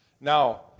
Now